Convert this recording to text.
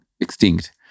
extinct